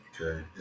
Okay